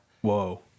Whoa